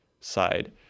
side